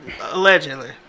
Allegedly